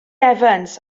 evans